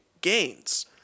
gains